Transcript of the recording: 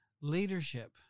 leadership